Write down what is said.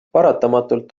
paratamatult